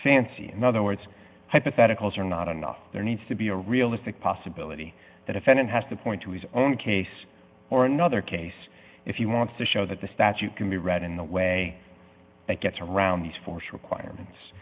fancy in other words hypotheticals are not enough there needs to be a realistic possibility that offended has to point to his own case or another case if you want to show that the statute can be read in the way that gets around these force requirements